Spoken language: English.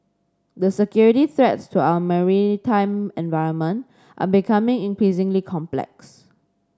the security threats to our maritime environment are becoming increasingly complex